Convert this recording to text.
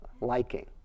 liking